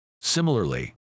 Similarly